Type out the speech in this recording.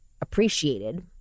appreciated